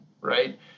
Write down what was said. right